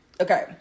Okay